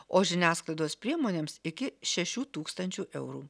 o žiniasklaidos priemonėms iki šešių tūkstančių eurų